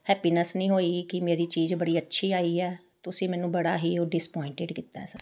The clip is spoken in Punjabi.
ਹੈਪੀਨੈੱਸ ਨਹੀਂ ਹੋਈ ਕਿ ਮੇਰੀ ਚੀਜ਼ ਬੜੀ ਅੱਛੀ ਆਈ ਹੈ ਤੁਸੀਂ ਮੈਨੂੰ ਬੜਾ ਹੀ ਓ ਡਿਸਪੁਆਇੰਟਡ ਕੀਤਾ ਸਰ